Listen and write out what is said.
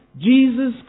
Jesus